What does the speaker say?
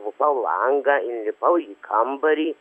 lupau langą inlipau į kambarį